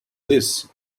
this